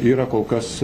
yra kol kas